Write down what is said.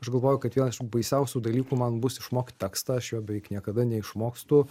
aš galvoju kad vienas iš baisiausių dalykų man bus išmokt tekstą aš jo beveik niekada neišmokstu